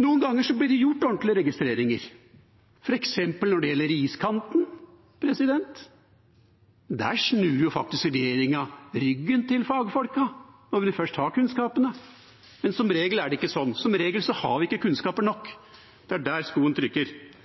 Noen ganger blir det gjort ordentlige registreringer, f.eks. når det gjelder iskanten. Der snur jo faktisk regjeringa ryggen til fagfolkene når de nå først har de kunnskapene, men som regel er det ikke sånn. Som regel har vi ikke kunnskaper nok. Det er der skoen trykker.